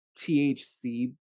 THC